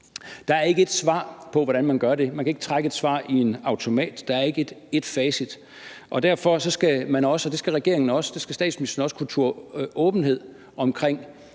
Der er ikke et svar på, hvordan man gør det. Man kan ikke trække et svar i en automat. Der er ikke et facit. Og derfor skal man også – det skal regeringen, og det skal statsministeren også – turde være åbne omkring